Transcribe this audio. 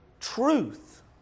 truth